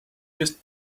just